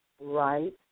right